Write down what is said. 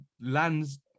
lands